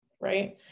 Right